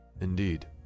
Indeed